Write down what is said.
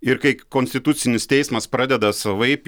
ir kai konstitucinis teismas pradeda savaip